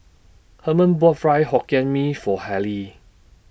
Herman bought Fried Hokkien Mee For Harley